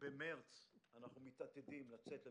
ובמרץ אנחנו מתעתדים לצאת למכרז,